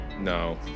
no